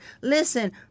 Listen